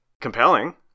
compelling